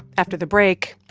after the break,